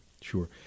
sure